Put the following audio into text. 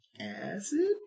Acid